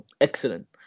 excellent